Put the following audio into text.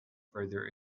further